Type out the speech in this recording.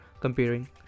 comparing